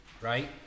right